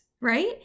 right